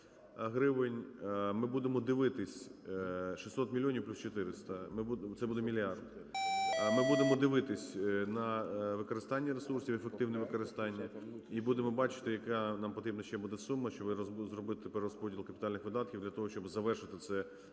Ми будемо дивитись на використання ресурсів, ефективне використання і будемо бачити, яка нам потрібна ще буде сума, щоб зробити перерозподіл капітальних видатків, для того щоб завершити це